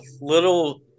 little